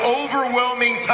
overwhelming